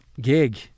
gig